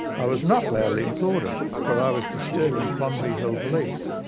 i was not loudly applauded, for i was disturbing fondly-held beliefs,